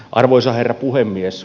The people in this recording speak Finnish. arvoisa herra puhemies